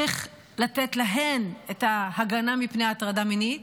צריך לתת להן את ההגנה מפני הטרדה מינית.